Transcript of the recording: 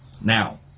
Now